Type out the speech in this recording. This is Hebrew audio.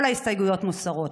כל ההסתייגויות מוסרות.